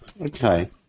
Okay